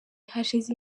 hashize